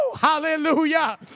Hallelujah